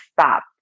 stop